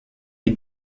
est